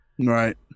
Right